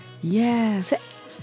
Yes